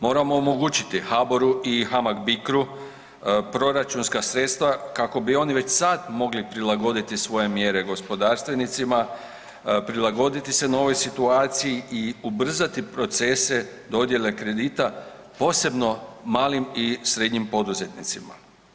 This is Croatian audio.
Moramo omogućiti HABOR-u i HAMAG BICRU proračunska sredstva kako bi oni već sad mogli prilagoditi svoje mjere gospodarstvenicima, prilagoditi se novoj situaciji i ubrzati procese dodjele kredita posebno malim i srednjim poduzetnicima.